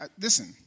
listen